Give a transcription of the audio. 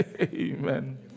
Amen